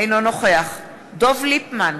אינו נוכח דב ליפמן,